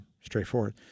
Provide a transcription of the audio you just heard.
straightforward